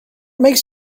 makes